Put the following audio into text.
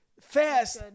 Fast